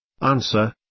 Answer